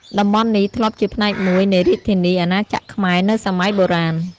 តំបន់នេះធ្លាប់ជាផ្នែកមួយ នៃរាជធានីអាណាចក្រខ្មែរ នៅសម័យបុរាណ។